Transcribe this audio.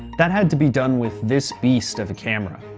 that had to be done with this beast of a camera.